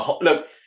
Look